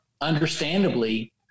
understandably